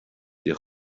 dia